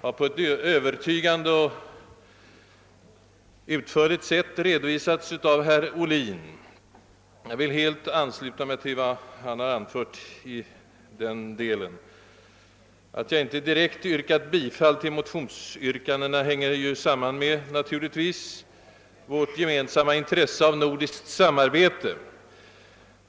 har på ett övertygande och utförligt sätt redovisats av herr Ohlin. Jag vill helt ansluta mig till vad han anfört i denna fråga. Att jag inte direkt yrkat bifall till motionsyrkandet sammanhänger natur ligtvis med vårt gemensamma intresse av nordiskt samarbete.